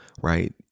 right